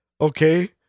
Okay